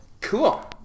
Cool